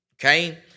okay